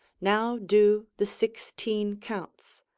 now do the sixteen counts,